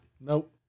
Nope